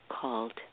called